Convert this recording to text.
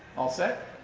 all set?